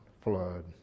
flood